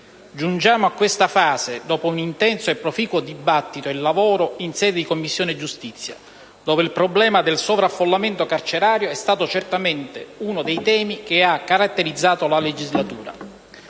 Giungiamo a questa fase dopo un intenso e proficuo dibattito e lavoro in sede di Commissione giustizia, dove il problema del sovraffollamento carcerario è stato certamente uno dei temi che ha caratterizzato la legislatura.